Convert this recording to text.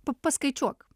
pa paskaičiuok